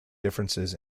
differences